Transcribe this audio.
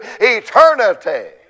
eternity